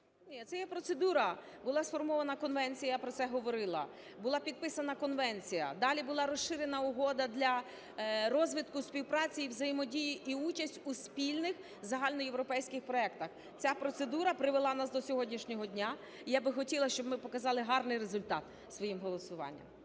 є процедура. Була сформована конвенція, я про це говорила, була підписана конвенція. Далі була розширена угода для розвитку, співпраці і взаємодії і участь у спільних загальноєвропейських проектах. Ця процедура привела нас до сьогоднішнього дня, і я би хотіла, щоб ми показали гарний результат своїм голосуванням.